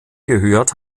gehört